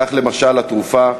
כך, למשל, התרופה "אזילקט",